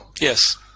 Yes